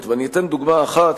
ואני אתן דוגמה אחת.